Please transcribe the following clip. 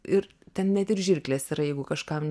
ir ten net ir žirklės yra jeigu kažkam